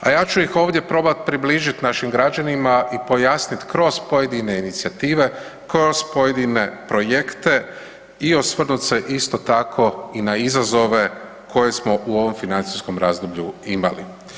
A ja ću ih ovdje probat približit našim građanima i pojasnit kroz pojedine inicijative, kroz pojedine projekte i osvrnut se isto tako i na izazove koje smo u ovom financijskom razdoblju imali.